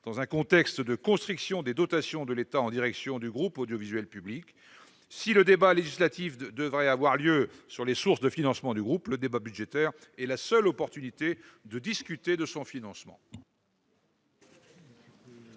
dans un contexte de construction des dotations de l'État en direction du groupe audiovisuel public. Un débat législatif devrait avoir lieu sur les sources de financement du groupe, mais le débat budgétaire est la seule opportunité de discuter du financement.